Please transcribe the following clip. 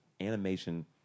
animation